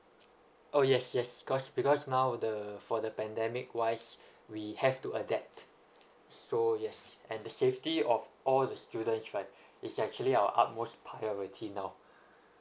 oh yes yes because because now the for the pandemic wise we have to adapt so yes and the safety of all the students right it's actually our utmost priority now